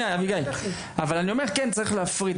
אני אומר שצריך להפריד.